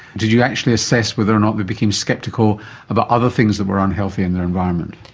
did you actually assess whether or not became sceptical about other things that were unhealthy in their environment?